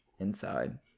inside